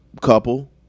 couple